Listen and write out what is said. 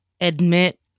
admit